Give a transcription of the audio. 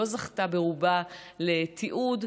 שלא זכתה ברובה לתיעוד,